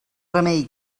remei